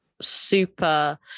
super